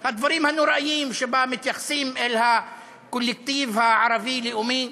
הדברים הנוראיים שבהם מתייחסים לקולקטיב הערבי-לאומי,